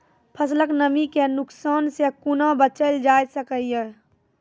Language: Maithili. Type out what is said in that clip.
फसलक नमी के नुकसान सॅ कुना बचैल जाय सकै ये?